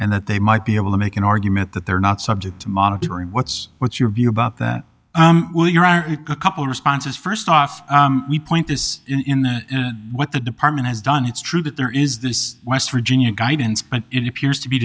and that they might be able to make an argument that they're not subject to monitoring what's what's your view about that well your are a couple responses first off point this in the what the department has done it's true that there is this west virginia guidance but i